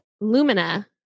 Lumina